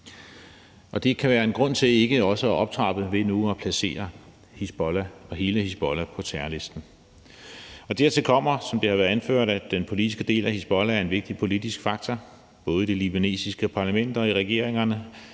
Det kan være en grund til ikke også at optrappe ved nu at placere Hizbollah, hele Hizbollah, på terrorlisten. Dertil kommer, som det har været anført, at den politiske del af Hizbollah er en vigtig politisk faktor, både i det libanesiske parlament og i regeringerne,